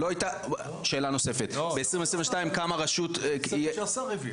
זה מה שהשר הביא.